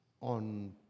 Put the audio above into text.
on